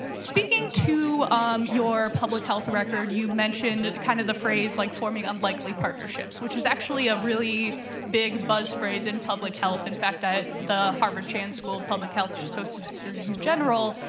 speaking to your public health record, you mentioned, kind of, the phrase, like, forming unlikely partnerships, which is actually a really big buzz phrase in public health. in fact, ah the harvard chan school of public health just hosted the surgeon general,